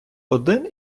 один